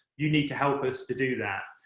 you need to help us to do that.